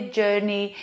journey